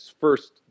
first